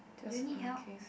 do you need help